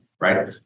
right